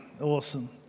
Awesome